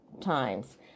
times